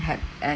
had an